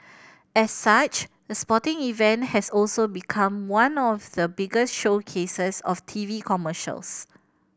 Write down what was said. as such the sporting event has also become one of the biggest showcases of T V commercials